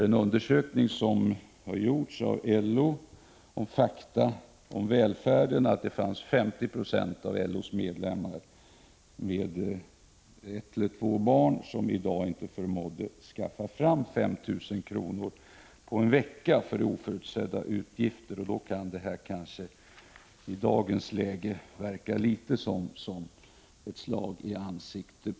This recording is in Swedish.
En undersökning som har gjorts av LO, Fakta om välfärden, visar att 50 90 av LO:s medlemmar med ett eller två barn i dag inte förmår att inom en vecka skaffa fram 5 000 kr. för oförutsedda utgifter. I dagens läge kan denna målsättning för dessa hushåll därför vara litet av ett slag i ansiktet.